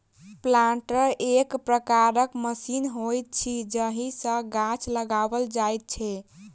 planter एक प्रकारक machine होइत अछि जाहि सॅ गाछ लगाओल जाइत छै